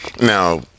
Now